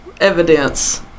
evidence